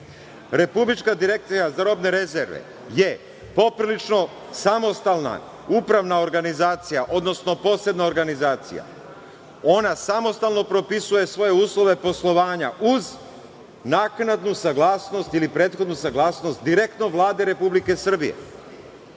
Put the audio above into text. kontrole. Republička direkcija za robne rezerve je poprilično samostalna, upravna organizacija, odnosno posebna organizacija. Ona samostalno propisuje svoje uslove poslovanja, uz naknadnu saglasnost, ili prethodnu saglasnost direktno Vlade Republike Srbije.